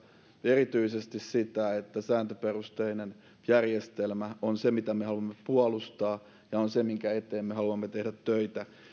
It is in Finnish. erityisesti sitä että sääntöperusteinen järjestelmä on se mitä me haluamme puolustaa ja minkä eteen me haluamme tehdä töitä